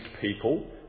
people